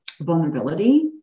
vulnerability